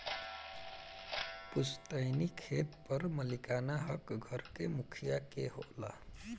पुस्तैनी खेत पर मालिकाना हक घर के मुखिया के होला